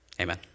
Amen